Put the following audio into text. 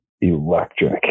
electric